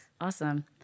Awesome